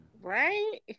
Right